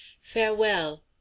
Farewell